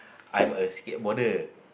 I'm a skateboarder